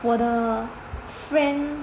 我的 friend